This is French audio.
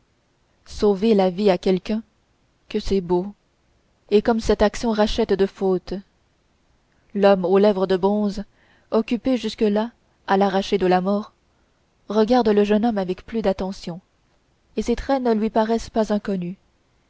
sauver la vie à quelqu'un que c'est beau et comme cette action rachète de fautes l'homme aux lèvres de bronze occupé jusque-là à l'arracher de la mort regarde le jeune homme avec plus d'attention et ses traits ne lui paraissent pas inconnus